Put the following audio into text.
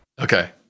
okay